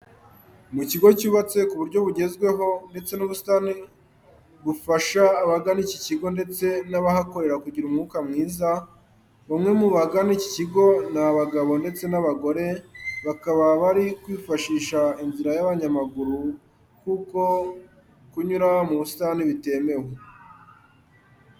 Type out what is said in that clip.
Mu kigo cyubatswe ku buryo bugezweho, ndetse n'ubusitani bufasha abagana iki kigo ndetse n'abahakorera kugira umwuka mwiza. Bamwe mu bagana iki kigo ni abagabo ndetse n'abagore bakaba bari kwifashisha inzira y'abanyamaguru kuko kunyura mu busitani bitemewe.